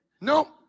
No